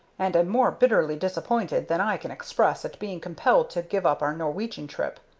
and am more bitterly disappointed than i can express at being compelled to give up our norwegian trip.